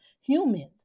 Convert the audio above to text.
humans